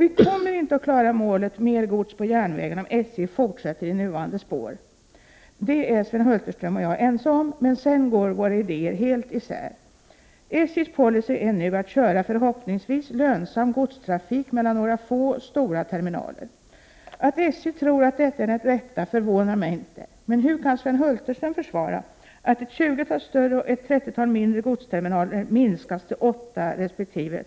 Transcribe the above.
Vi kommer inte att klara målet mer gods på järnvägen, om SJ fortsätter i nuvarande spår. Det är Sven Hulterström och jag ense om. Sedan går våra idéer helt isär. SJ:s policy är att nu köra förhoppningsvis lönsam godstrafik mellan några få stora terminaler. Att SJ tror att detta är det rätta förvånar mig inte. Men hur kan Sven Hulterström försvara att ett tjugotal större och ett trettiotal mindre godsterminaler minskas till att bli åtta resp.